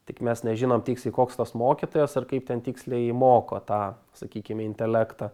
tik mes nežinom tiksliai koks tas mokytojas ar kaip ten tiksliai moko tą sakykime intelektą